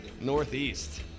Northeast